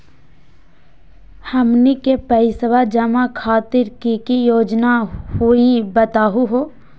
हमनी के पैसवा जमा खातीर की की योजना हई बतहु हो?